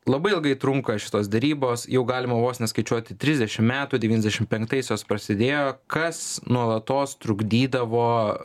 labai ilgai trunka šitos derybos jau galima vos ne skaičiuoti trisdešim metų devyniasdešim penktais jos prasidėjo kas nuolatos trukdydavo